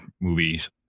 movies